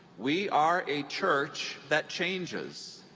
we are a church that changes.